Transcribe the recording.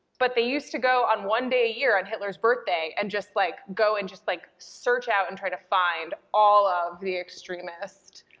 but they used to go on one day a year on hitler's birthday and just, like, go and like search out and try to find all of the extremists,